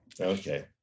okay